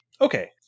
Okay